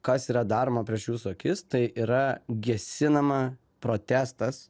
kas yra daroma prieš jūsų akis tai yra gesinama protestas